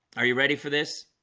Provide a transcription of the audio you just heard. are you ready for this?